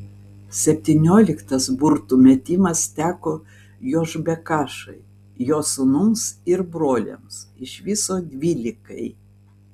septynioliktas burtų metimas teko jošbekašai jo sūnums ir broliams iš viso dvylikai